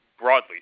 broadly